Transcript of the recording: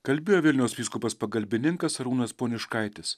kalbėjo vilniaus vyskupas pagalbininkas arūnas poniškaitis